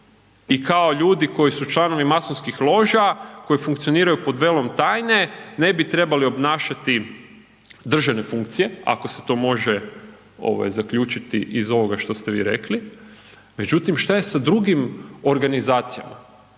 i kao ljudi koji su članovi masonskih loža koje funkcioniraju pod velom tajne ne bi trebali obnašati državne funkcije, ako se to može ovaj zaključiti iz ovoga što ste vi rekli. Međutim, šta je sa drugim organizacijama